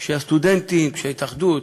כשהסטודנטים, כשההתאחדות